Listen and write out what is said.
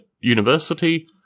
university